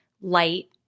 light